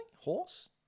Horse